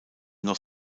noch